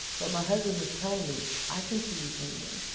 but my husband was telling me, i can see you changing.